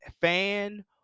fan